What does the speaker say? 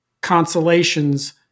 consolations